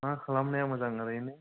मा खालामनाया मोजां ओरैनो